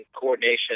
coordination